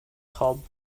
called